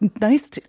nice